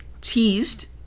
teased